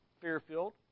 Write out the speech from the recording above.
Fairfield